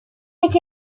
avec